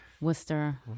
Worcester